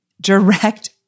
Direct